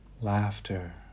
laughter